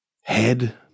head